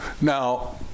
now